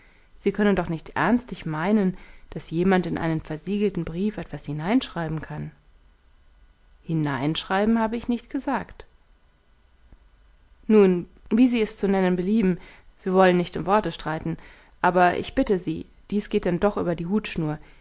sie können doch nicht ernstlich meinen daß jemand in einen versiegelten brief etwas hineinschreiben kann hineinschreiben habe ich nicht gesagt nun wie sie es zu nennen belieben wir wollen nicht um worte streiten aber ich bitte sie dies geht denn doch über die hutschnur